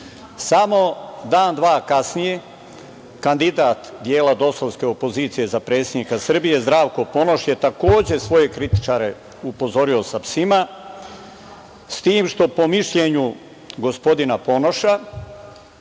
dan-dva kasnije, kandidat dela DOS-ovske opozicije za predsednika Srbije, Zdravko Ponoš je takođe svoje kritičare uporedio sa psima, s tim što po mišljenju gospodina Ponoša